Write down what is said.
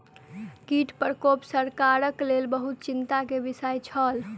कीट प्रकोप सरकारक लेल बहुत चिंता के विषय छल